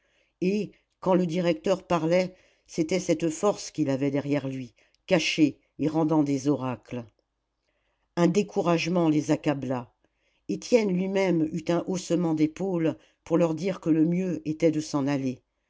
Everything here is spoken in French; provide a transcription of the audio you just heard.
et quand le directeur parlait c'était cette force qu'il avait derrière lui cachée et rendant des oracles un découragement les accabla étienne lui-même eut un haussement d'épaules pour leur dire que le mieux était de s'en aller